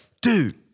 dude